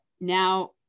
now